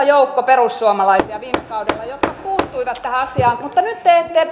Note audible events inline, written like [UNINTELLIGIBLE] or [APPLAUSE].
[UNINTELLIGIBLE] joukko perussuomalaisia jotka puuttuivat tähän asiaan mutta nyt te te